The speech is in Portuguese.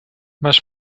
mas